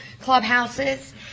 clubhouses